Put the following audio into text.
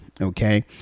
Okay